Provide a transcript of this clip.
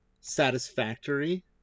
satisfactory